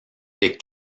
des